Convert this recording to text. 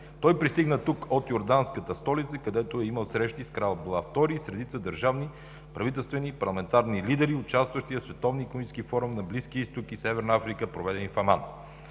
Той пристигна тук от йорданската столица, където имал среща с крал Абдула Втори и с редица държавни, правителствени и парламентарни лидери, участващи в Световния икономически форум на Близкия изток и Северна Африка, проведен в Аман.